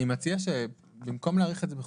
אני מציע שבמקום שנאריך את זה בחודשיים,